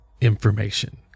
information